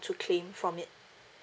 to claim from it